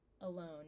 alone